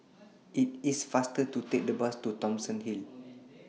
IT IS faster to Take The Bus to Thomson Hill